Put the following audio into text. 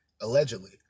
Allegedly